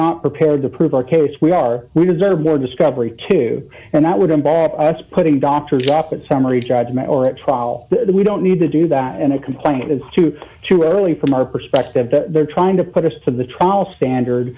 not prepared to prove our case we are we deserve more discovery too and that would involve us putting doctor's office summary judgment or at trial that we don't need to do that and a complaint is too too early from our perspective they're trying to put us to the trial standard